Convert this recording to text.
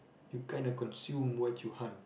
you kinda consume what you hunt